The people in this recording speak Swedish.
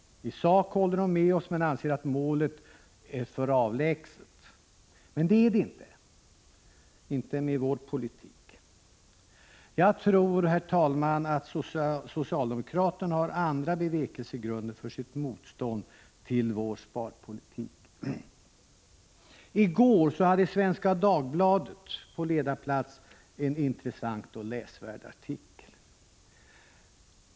I sak håller de med oss, men man anser att målet är för avlägset. Men det är det inte. Inte med vår politik. Jag tror, herr talman, att socialdemokraterna har andra bevekelsegrunder för sitt motstånd mot vår sparpolitik. I går hade Svenska Dagbladet på ledarplats en intressant och läsvärd artikel.